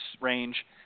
range